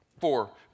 Four